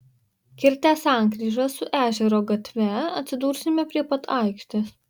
kirtę sankryžą su ežero gatve atsidursime prie pat aikštės